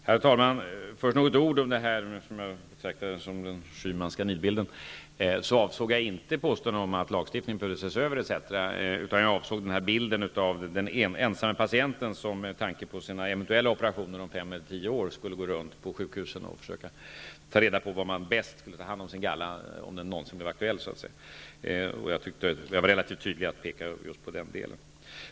Herr talman! Först vill jag säga några ord om det som jag betraktade som den Schymanska nidbilden. Jag avsåg inte påståendet att lagstiftningen behövde ses över etc., utan bilden av den ensamme patienten som, med tanke på sina eventuella operationer om fem eller tio år, skulle gå runt på sjukhusen och försöka ta reda på var man bäst skulle ta hand om hans galla om det blev aktuellt. Jag var relativt tydlig i just den delen.